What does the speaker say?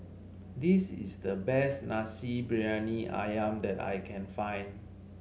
this is the best Nasi Briyani ayam that I can find